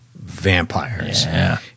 vampires